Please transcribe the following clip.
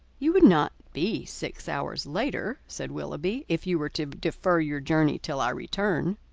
you would not be six hours later, said willoughby, if you were to defer your journey till our return.